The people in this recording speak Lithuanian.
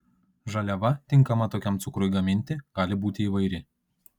žaliava tinkama tokiam cukrui gaminti gali būti įvairi